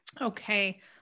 Okay